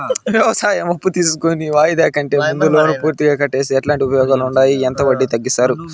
వ్యవసాయం అప్పు తీసుకొని వాయిదా కంటే ముందే లోను పూర్తిగా కట్టేస్తే ఎట్లాంటి ఉపయోగాలు ఉండాయి? ఎంత వడ్డీ తగ్గిస్తారు?